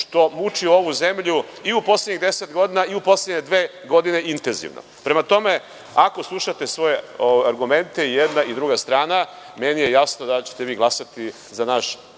što muči ovu zemlju i u poslednjih deset godina i u poslednje dve godine intenzivno. Prema tome, ako slušate svoje argumente i jedna druga strana, jasno mi je da ćete glasati za naš